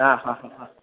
हां हां हां हां